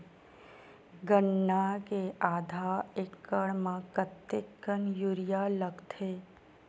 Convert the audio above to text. गन्ना के आधा एकड़ म कतेकन यूरिया लगथे?